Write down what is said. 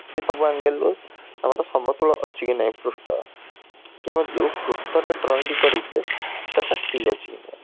କି ସବୁ ଆଙ୍ଗେଲ୍ରୁ ଆମର ସମତଳ ଅଛି କି ନାହିଁ ପୃଷ୍ଠ କି ଆମେ ଯେଉଁ ପୃଷ୍ଠରେ ଡ୍ରଇଂଟି କରିଛେ ସେଇଟା ଠିକ୍ ଅଛି କି ନାହିଁ